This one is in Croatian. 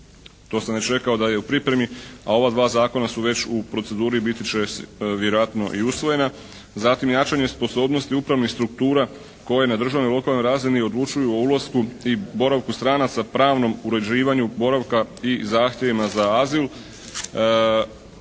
to sam već rekao da je u pripremi, a ova dva zakona su već u proceduri i biti će vjerojatno i usvojena. Zatim jačanje sposobnosti upravnih struktura koje na državnoj lokalnoj razini odlučuju o ulasku i boravku stranca pravnom uređivanju boravka i zahtjevima za azil,